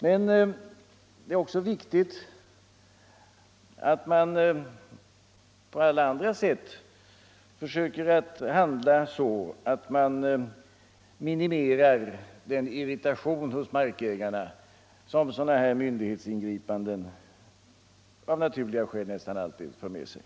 Men det är också viktigt att man också på andra sätt försöker handla — Ang. kommissioså att man minimerar den irritation hos markägarna som sådana här = närs ställning enligt myndighetsingripanden av naturliga skäl nästan alltid för med sig.